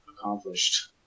accomplished